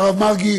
והרב מרגי,